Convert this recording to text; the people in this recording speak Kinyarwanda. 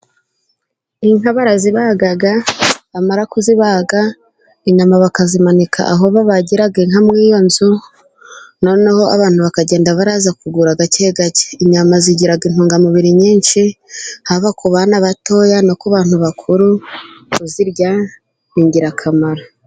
Inka barazibaga bamara kuzibaga inyama bakazimanika, aho babagira mu iyo nzu noneho abantu bakagenda, baraza kugura gake gake, inyama zigira intungamubiri nyinshi, haba ku bana batoya no ku abantu bakuru kuzirya ni ingirakamaro.